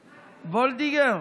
וולדיגר,